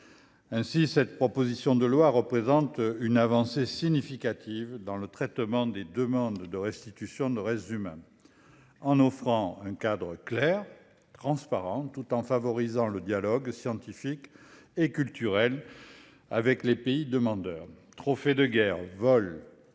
Ainsi, cette proposition de loi représente une avancée significative dans le traitement des demandes de restitution de restes humains en offrant un cadre clair et transparent tout en favorisant le dialogue scientifique et culturel avec les pays demandeurs. Trophées de guerre, vols,